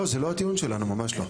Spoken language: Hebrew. לא, זה לא הטיעון שלנו, ממש לא.